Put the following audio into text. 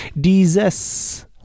Dieses